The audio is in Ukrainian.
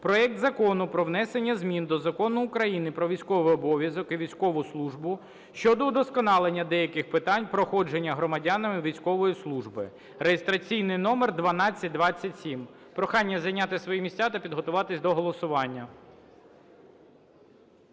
проект Закону про внесення змін до Закону України "Про військовий обов'язок і військову службу" щодо удосконалення деяких питань проходження громадянами військової служби (реєстраційний номер 1227). Прохання зайняти свої місця та підготуватись до голосування.